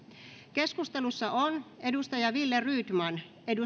keskustelussa on wille rydman